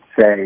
say